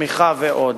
תמיכה ועוד.